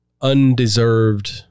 undeserved